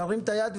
תרים את היד,